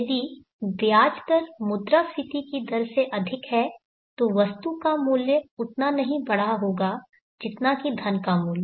यदि ब्याज दर मुद्रास्फीति की दर से अधिक है तो वस्तु का मूल्य उतना नहीं बढ़ा होगा जितना कि धन का मूल्य